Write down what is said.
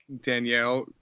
Danielle